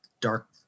dark